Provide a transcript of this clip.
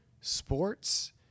Sports